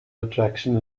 retraction